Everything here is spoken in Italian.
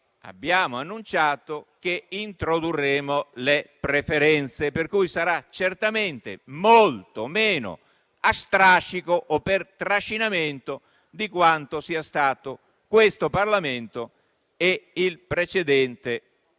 abbiamo annunciato che introdurremo le preferenze. Per cui sarà certamente molto meno a strascico o per trascinamento di quanto sia stato questo e il precedente Parlamento,